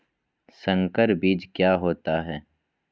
संकर बीज क्या होता है?